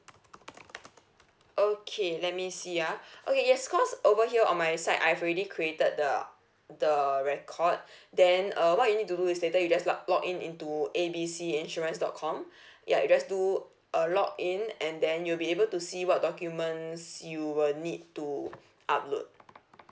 okay let me see ah okay yes because over here on my side I've already created the the record then uh what you need to do is later you just log log in into A B C insurance dot com ya you just do a log in then you'll be able to see what documents you will need to upload